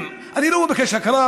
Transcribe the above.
אני לא מבקש הכרה,